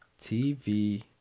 TV